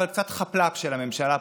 קצת חאפ-לאפ של הממשלה פה,